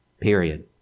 period